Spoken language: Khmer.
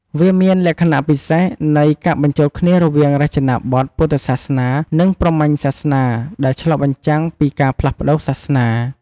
វាមានលក្ខណៈពិសេសនៃការបញ្ចូលគ្នារវាងរចនាបថពុទ្ធសាសនា និងព្រហ្មញ្ញសាសនា ដែលឆ្លុះបញ្ចាំងពីការផ្លាស់ប្តូរសាសនា។